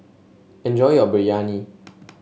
enjoy your Biryani